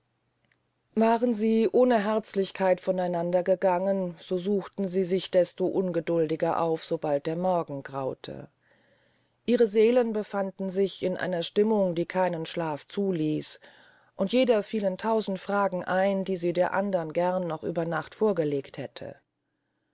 waren sie ohne herzlichkeit von einander gegangen so suchten sie sich desto ungeduldiger auf sobald der morgen graute ihre seelen befanden sich in einer stimmung die keinen schlaf zuließ und jeder fielen tausend fragen ein die sie der andern gern noch über nacht vorgelegt hätte